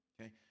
Okay